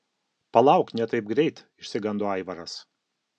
palauk ne taip greit išsigando aivaras